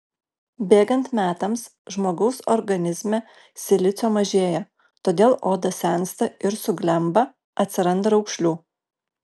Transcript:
bėgant metams žmogaus organizme silicio mažėja todėl oda sensta ir suglemba atsiranda raukšlių